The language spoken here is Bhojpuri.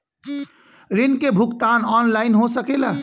ऋण के भुगतान ऑनलाइन हो सकेला?